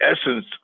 essence